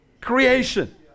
creation